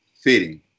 fitting